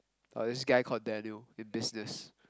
got this guy called Daniel in business